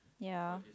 ya